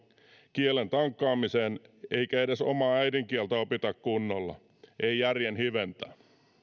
kielen tankkaamiseen eikä edes omaa äidinkieltä opita kunnolla ei järjen hiventä